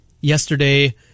yesterday